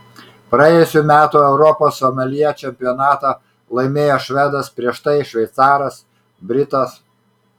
praėjusių metų europos someljė čempionatą laimėjo švedas prieš tai šveicaras britas